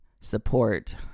support